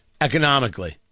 economically